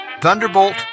Thunderbolt